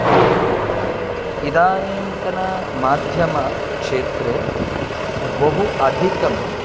इदानीन्तन माध्यमक्षेत्रे बहु अधिकम्